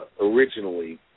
originally